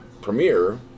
premiere